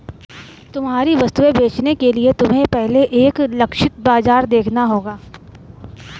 तुम्हारी वस्तुएं बेचने के लिए तुम्हें पहले एक लक्षित बाजार देखना होगा